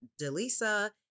Delisa